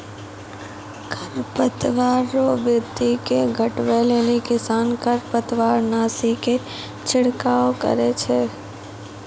खरपतवार रो वृद्धि के घटबै लेली किसान खरपतवारनाशी के छिड़काव करै छै